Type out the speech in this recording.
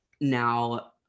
now